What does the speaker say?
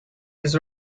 his